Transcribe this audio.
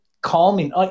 calming